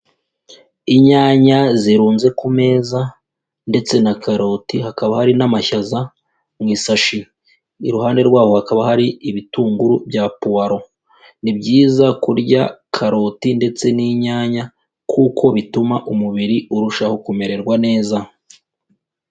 Inyanya zirunze ku meza ndetse na karoti, hakaba hari n'amashaza mu isashi. Iruhande rwawo hakaba hari ibitunguru bya puwaro. Ni byiza kurya karoti ndetse n'inyanya kuko bituma umubiri urushaho kumererwa neza.